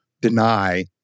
deny